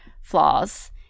flaws